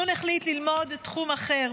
נ' החליט ללמוד תחום אחר,